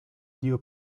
dio